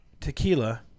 tequila